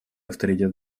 авторитет